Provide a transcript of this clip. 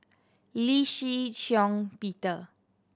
Lee Shih Shiong Peter